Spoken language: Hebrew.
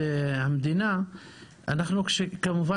דירי צאן וכו'.